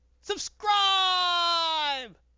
Subscribe